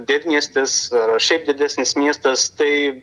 didmiestis ar šiaip didesnis miestas tai